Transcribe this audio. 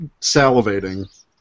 salivating